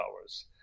hours